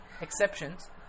exceptions